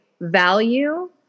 value